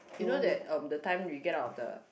you know that um the time we get out of the